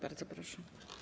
Bardzo proszę.